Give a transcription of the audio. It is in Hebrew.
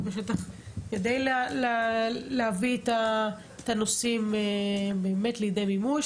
בשטח כדי להביא את הנושאים לידי מימוש,